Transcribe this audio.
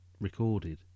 recorded